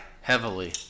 Heavily